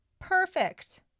perfect